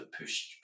pushed